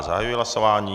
Zahajuji hlasování.